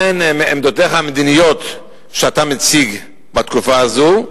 מהן העמדות המדיניות שאתה מציג בתקופה הזו,